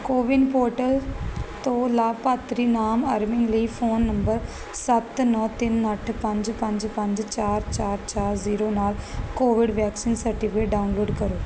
CoWIN portal ਤੋਂ ਲਾਭਪਾਤਰੀ ਨਾਮ ਅਰਮਿਨ ਲਈ ਫੋਨ ਨੰਬਰ ਸੱਤ ਨੌਂ ਤਿੰਨ ਅੱਠ ਪੰਜ ਪੰਜ ਪੰਜ ਚਾਰ ਚਾਰ ਚਾਰ ਜ਼ੀਰੋ ਨਾਲ ਕੋਵਿਡ ਵੈਕਸੀਨ ਸਰਟੀਫਿਕੇਟ ਡਾਊਨਲੋਡ ਕਰੋ